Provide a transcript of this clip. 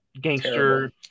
gangster